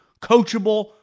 Coachable